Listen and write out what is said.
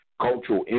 cultural